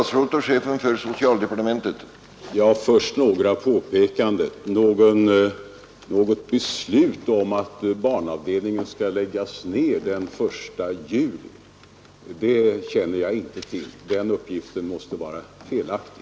Herr talman! Jag vill först göra några påpekanden. Jag känner inte till att det fattats något beslut om att barnavdelningen skall läggas ned den 1 juli. Den uppgiften måste vara felaktig.